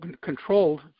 controlled